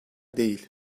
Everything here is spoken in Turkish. değil